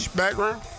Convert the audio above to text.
background